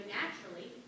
naturally